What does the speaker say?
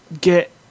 get